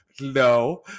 no